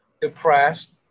depressed